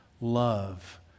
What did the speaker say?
love